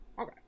Okay